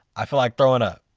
i feel like throwing up.